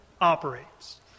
operates